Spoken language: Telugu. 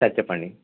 సార్ చెప్పండి